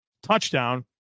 Touchdown